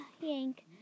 Yank